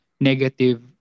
negative